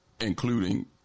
Including